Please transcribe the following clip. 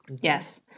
Yes